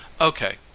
okay